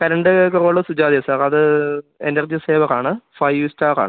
current കുറവുള്ളത് സുജാതയാണ് sir അത് എനർജി സേവറാണ് ഫൈവ് സ്റ്റാറാണ്